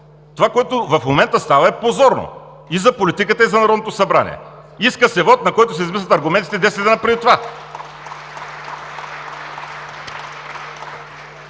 Това, което в момента става, е позорно и за политиката, и за Народното събрание. Иска се вот, на който се измислят аргументите десет дни преди това.